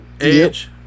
Edge